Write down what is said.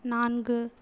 நான்கு